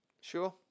Sure